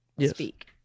speak